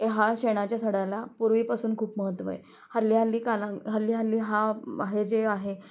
हा शेणाच्या सडयाला पूर्वीपासून खूप महत्त्व आहे हल्ली हल्ली काना हल्ली हल्ली हा हे जे आहे